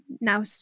now